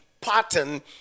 pattern